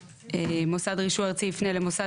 תשלום חיובים למתן היתר 158סב(ב) מוסד רישוי ארצי יפנה למוסד